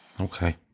Okay